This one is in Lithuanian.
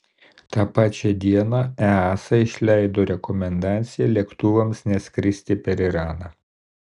tą pačią dieną easa išleido rekomendaciją lėktuvams neskristi per iraną